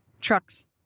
Trucks